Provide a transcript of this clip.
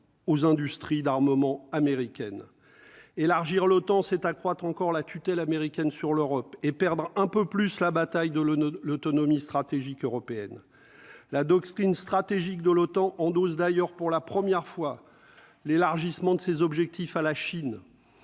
aux industries d'armement américaines élargir l'OTAN accroître encore la tutelle américaine sur l'Europe et perdre un peu plus la bataille de l'eau, l'autonomie stratégique européenne la doctrine stratégique de l'OTAN en dose d'ailleurs pour la première fois l'élargissement de ses objectifs à la Chine,